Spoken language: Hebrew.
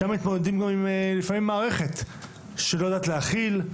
שם מתמודדים גם לפעמים עם מערכת שלא יודעת להכיל,